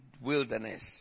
wilderness